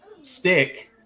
stick